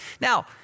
Now